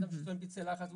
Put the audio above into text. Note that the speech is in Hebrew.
אדם עם פצעי לחץ,